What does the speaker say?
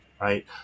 right